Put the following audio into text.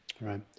right